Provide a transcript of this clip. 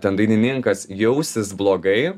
ten dainininkas jausis blogai